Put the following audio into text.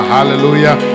Hallelujah